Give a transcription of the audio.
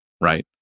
right